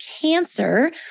Cancer